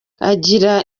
agira